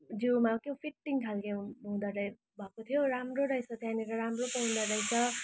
जिउमा क्याउ फिटिङ खालको हुँदा भएको थियो राम्रो रहेछ त्यहाँनिर राम्रो पाउँदा रहेछ